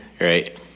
Right